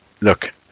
look